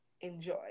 enjoy